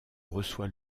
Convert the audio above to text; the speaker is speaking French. reçoit